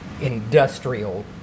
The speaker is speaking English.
industrial